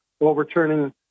overturning